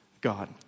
God